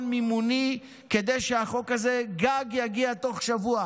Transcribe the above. מימוני כדי שהחוק הזה גג יגיע תוך שבוע.